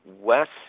west